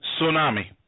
tsunami